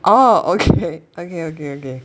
orh okay okay okay okay